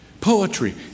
poetry